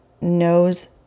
knows